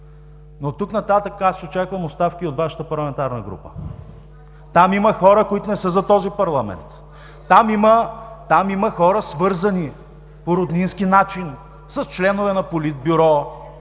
Но оттук нататък очаквам оставки и от Вашата парламентарна група. Там има хора, които не са за този парламент. Там има хора, свързани по роднински начин с членове на Политбюро,